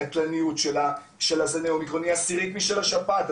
הקטלניות של זני האומריקון היא עשירית משל השפעת,